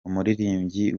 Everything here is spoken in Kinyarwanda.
umuririmbyi